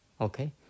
Okay